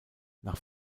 nach